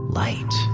light